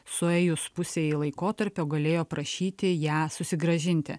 suėjus pusei laikotarpio galėjo prašyti ją susigrąžinti